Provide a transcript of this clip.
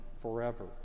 forever